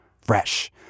fresh